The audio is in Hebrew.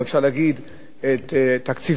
או אפשר להגיד את תקציבן,